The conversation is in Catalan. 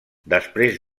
després